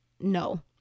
no